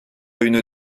une